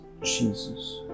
Jesus